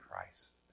Christ